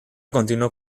continuó